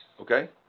Okay